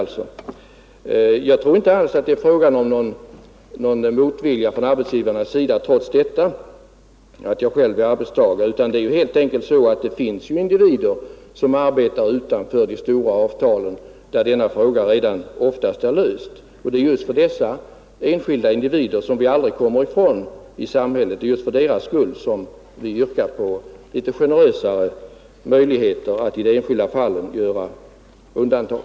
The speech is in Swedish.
Trots detta tror jag inte att det här är fråga om någon motvilja från arbetsgivarnas sida. Det är helt enkelt så att det finns individer som arbetar utanför de stora avtalen där denna fråga ofta redan är löst. Det är just för dessa enskilda individers skull, vilka vi aldrig kan bortse från i samhället, som vi yrkar på lite generösare regler som ger möjlighet att i det enskilda fallet göra undantag.